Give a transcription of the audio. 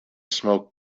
smoke